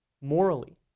morally